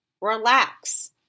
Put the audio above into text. Relax